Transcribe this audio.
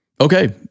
Okay